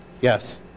Yes